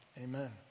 Amen